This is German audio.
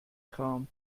kram